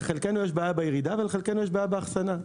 לחלקנו יש בעיה בירידה ולחלקנו יש בעיה באחסנה.